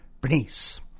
Bernice